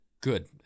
good